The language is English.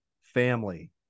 family